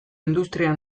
industria